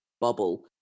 bubble